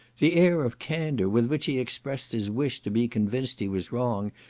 the air of candour with which he expressed his wish to be convinced he was wrong,